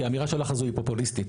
כי האמירה שלך הזו היא פופוליסטית.